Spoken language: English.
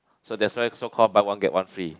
so that's why so call buy one get one free